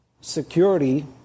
security